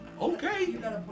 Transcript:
okay